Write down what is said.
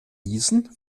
niesen